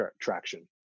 traction